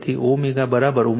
તેથી ω ω1 છે